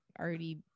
already